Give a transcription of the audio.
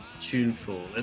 tuneful